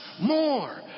more